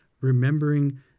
Remembering